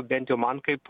bent jau man kaip